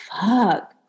fuck